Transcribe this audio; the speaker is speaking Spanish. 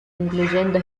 incluyendo